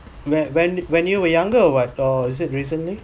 when when when you were younger or what or is it recently